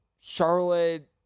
Charlotte